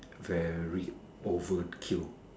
very overkill